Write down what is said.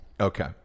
Okay